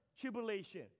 Tribulation